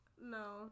no